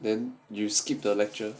then you skip the lecture